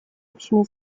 общими